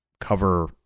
cover